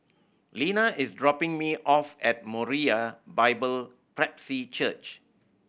Lena is dropping me off at Moriah Bible Presby Church